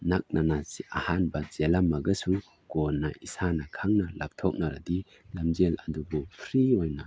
ꯅꯛꯅꯅ ꯑꯍꯥꯟꯕ ꯆꯦꯜꯂꯝꯃꯒꯁꯨ ꯀꯣꯟꯅ ꯏꯁꯥꯅ ꯈꯪꯅ ꯂꯥꯞꯊꯣꯛꯅꯔꯗꯤ ꯂꯝꯖꯦꯟ ꯑꯗꯨꯕꯨ ꯐ꯭ꯔꯤ ꯑꯣꯏꯅ